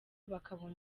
bakabona